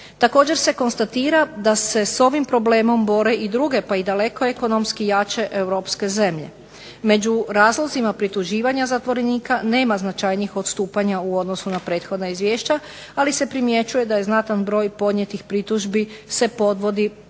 Također se konstatira da se s ovim problemom bore i druge, pa i daleko ekonomski jače Europske zemlje. Među razlozima prituživanja zatvorenika nema značajnijih odstupanja u odnosu na prethodna izvješća ali se primjećuje da znatan broj podnijetih pritužbi se podvodi pod